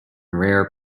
rare